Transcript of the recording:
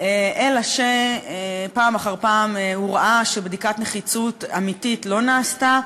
אלא שפעם אחר פעם עלה שבדיקת נחיצות אמיתית לא נעשתה.